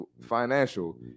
financial